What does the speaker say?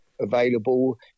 available